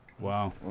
wow